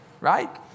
Right